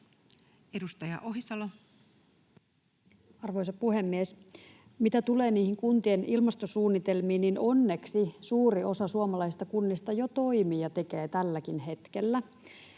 20:53 Content: Arvoisa puhemies! Mitä tulee kuntien ilmastosuunnitelmiin, niin onneksi suuri osa suomalaisista kunnista jo toimii ja tekee tälläkin hetkellä.